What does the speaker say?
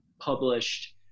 published